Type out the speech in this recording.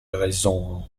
raison